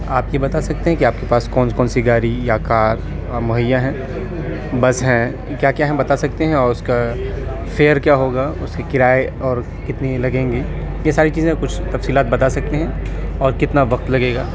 آپ یہ بتا سکتے ہیں کہ آپ کے پاس کون کون سی گاڑی یا کار مہیا ہیں بس ہیں کیا کیا ہیں بتا سکتے ہیں اور اس کا فیئر کیا ہوگا اس کے کرائے اور کتنی لگیں گی یہ ساری چیزیں کچھ تفصیلات بتا سکتے ہیں اور کتنا وقت لگے گا